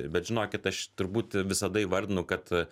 bet žinokit aš turbūt visada įvardinu kad